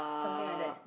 something like that